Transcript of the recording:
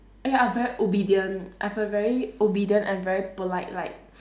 ah ya very obedient I have a very obedient and very polite like